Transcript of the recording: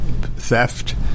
theft